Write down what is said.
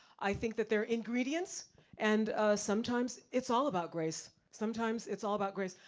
i think that they're ingredients and sometimes, it's all about grace, sometimes it's all about grace.